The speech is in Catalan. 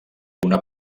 una